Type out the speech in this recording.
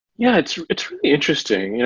yeah. it's it's interesting.